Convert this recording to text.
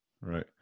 Right